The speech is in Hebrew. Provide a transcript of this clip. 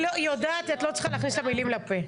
היא יודעת, את לא צריכה להכניס לה מילים לפה.